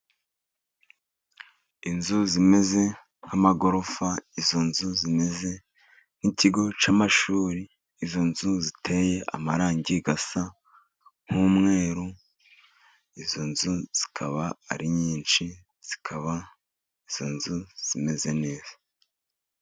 Inzu zimeze nk'amagorofa. Izo nzu zimeze nk'ikigo cy'amashuri, izo nzu ziteye amarangi asa nk'umweru. Izo nzu zikaba ari nyinshi zikaba ari inzu zimeze neza.